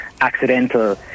accidental